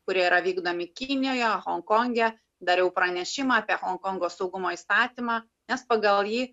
kurie yra vykdomi kinijoje honkonge dariau pranešimą apie honkongo saugumo įstatymą nes pagal jį